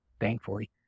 thankfully